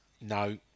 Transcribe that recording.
No